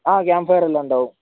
ആ ക്യാം പ്ഫയറെല്ലാം ഉണ്ടാകും